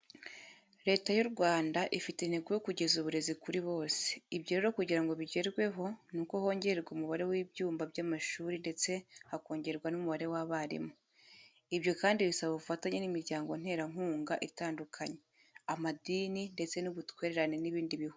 Leta y'u Rwanda ifite intego yo kugeza uburezi kuri bose, ibyo rero kugira ngo bigerweho, nuko hongerwa umubare w'ibyumba by'amashuri ndetse hakongerwa n'umubare w'abarimu. Ibyo kandi bisaba ubufatanye n'imiryango nterankunga itandukanye, amadini ndetse n'ubutwererane n'ibindi bihugu.